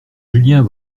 julien